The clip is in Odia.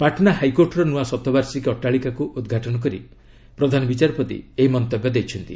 ପାଟନା ହାଇକୋର୍ଟର ନୂଆ ଶତବାର୍ଷିକୀ ଅଟ୍ଟାଳିକାକୁ ଉଦ୍ଘାଟନ କରି ପ୍ରଧାନ ବିଚାରପତି ଏହି ମନ୍ତବ୍ୟ ଦେଇଛନ୍ତି